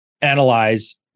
analyze